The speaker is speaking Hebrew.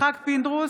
יצחק פינדרוס,